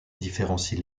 différencie